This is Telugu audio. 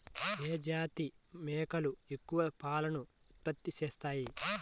ఏ జాతి మేకలు ఎక్కువ పాలను ఉత్పత్తి చేస్తాయి?